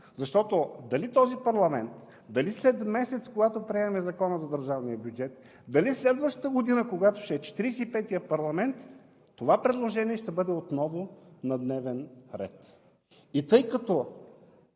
защото дали този парламент, дали след месец, когато приемем Закона за държавния бюджет, дали следващата година, когато ще е Четиридесет и петият парламент, това предложение ще бъде отново на дневен ред. И тъй като